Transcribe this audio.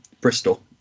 Bristol